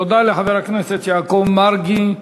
תודה לחבר הכנסת יעקב מרגי.